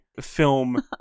film